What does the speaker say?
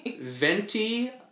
Venti